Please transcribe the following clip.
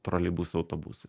troleibusai autobusai